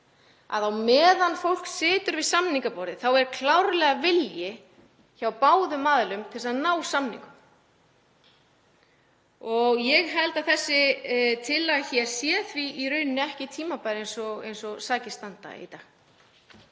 að á meðan fólk situr við samningaborðið sé klárlega vilji hjá báðum aðilum til að ná samningum. Ég held að þessi tillaga hér sé því í rauninni ekki tímabær eins og sakir standa í dag